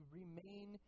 remain